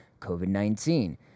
COVID-19